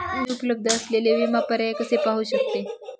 मी उपलब्ध असलेले विमा पर्याय कसे पाहू शकते?